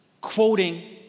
quoting